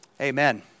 Amen